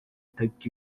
tepki